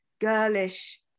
girlish